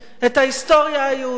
את ההיסטוריה היהודית.